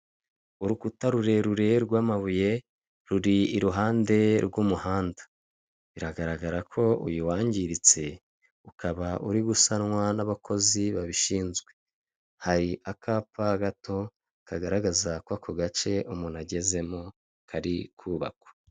Urukuta rurerure rw'amabuye ruri iruhande rw'umuhanda biragaragara ko uyu wangiritse ukaba uri gusanwa n'abakozi babishinzwe. Hari akapa gato kagaragaza ko ako gace umuntu agezemo kari kubakwa.